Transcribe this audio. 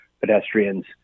pedestrians